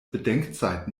bedenkzeit